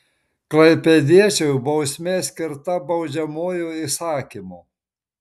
klaipėdiečiui bausmė skirta baudžiamuoju įsakymu